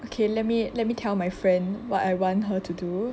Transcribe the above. okay let me let me tell my friend what I want her to do